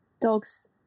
dogs